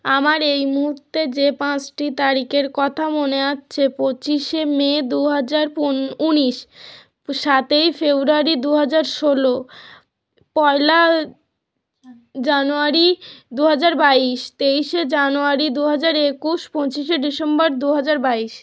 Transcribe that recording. আমার এই মুহূর্তে যে পাঁচটি তারিখের কথা মনে আছে পঁচিশে মে দু হাজার ঊনিশ সাতই ফেব্রুয়ারি দু হাজার ষোলো পয়লা জানুয়ারি দু হাজার বাইশ তেইশে জানুয়ারি দু হাজার একুশ পঁচিশে ডিসেম্বর দু হাজার বাইশ